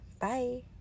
Bye